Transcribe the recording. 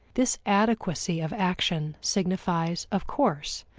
this adequacy of action signifies, of course,